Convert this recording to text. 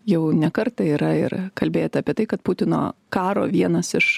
jau ne kartą yra ir kalbėta apie tai kad putino karo vienas iš